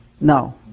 no